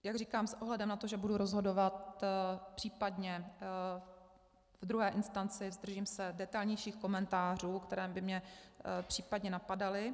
Jak říkám, s ohledem na to, že budu rozhodovat případně v druhé instanci, zdržím se detailnějších komentářů, které by mě případně napadaly.